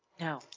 No